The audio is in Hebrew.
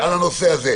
על הנושא הזה.